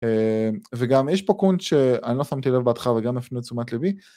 וגם יש פה קונט שאני לא שמתי לב בהתחלה וגם הפנה את תשומת ליבי.